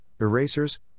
erasers